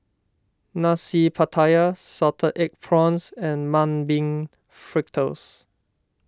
Nasi Pattaya Salted Egg Prawns and Mung Bean Fritters